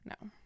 No